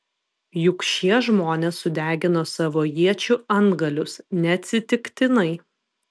juk šie žmonės sudegino savo iečių antgalius neatsitiktinai